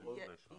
נכון?